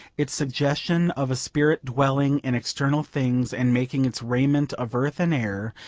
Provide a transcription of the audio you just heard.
its suggestion of a spirit dwelling in external things and making its raiment of earth and air,